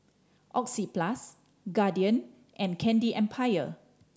Oxyplus Guardian and Candy Empire